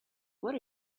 what